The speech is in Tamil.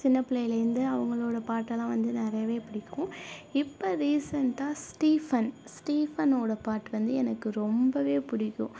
சின்ன பிள்ளையில் இருந்து அவங்களோட பாட்டல்லாம் வந்து நிறையாவே பிடிக்கும் இப்போ ரீசன்ட்டாக ஸ்டீஃபன் ஸ்டீஃபனோடய பாட்டு வந்து எனக்கு ரொம்பவே பிடிக்கும்